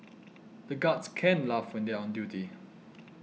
the guards can't laugh when they are on duty